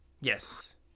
yes